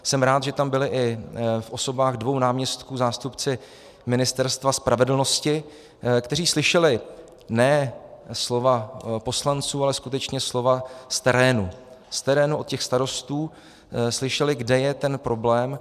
Jsem rád, že tam byli i v osobách dvou náměstků zástupci Ministerstva spravedlnosti, kteří slyšeli ne slova poslanců, ale skutečně slova z terénu, z terénu od těch starostů, slyšeli, kde je ten problém.